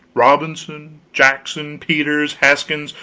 robinson, jackson, peters, haskins,